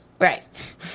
Right